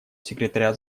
секретаря